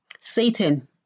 Satan